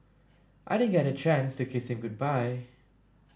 I didn't get a chance to kiss him goodbye